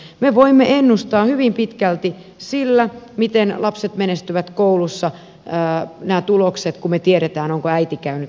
me voimme ennustaa hyvin pitkälti nämä tulokset miten lapset menestyvät koulussa sillä kun me tiedämme onko äiti käynyt lukion vai ei